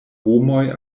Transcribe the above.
homoj